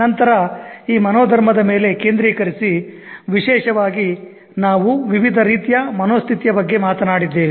ನಂತರ ಈ ಮನೋಧರ್ಮದ ಮೇಲೆ ಕೇಂದ್ರೀಕರಿಸಿ ವಿಶೇಷವಾಗಿ ನಾವು ವಿವಿಧ ರೀತಿಯ ಮನೋಸ್ಥಿತಿಯ ಬಗ್ಗೆ ಮಾತನಾಡಿದ್ದೇವೆ